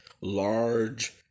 large